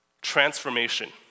Transformation